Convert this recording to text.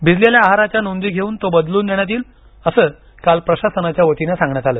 भिजलेल्या आहाराच्या नोंदी घेऊन तो बदलून देण्यात येईल असं काल प्रशासनाच्यावतीनं सांगण्यात आलं